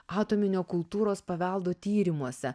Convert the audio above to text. atominio kultūros paveldo tyrimuose